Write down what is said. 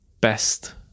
best